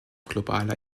globaler